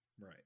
right